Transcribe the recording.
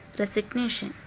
resignation